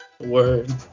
Word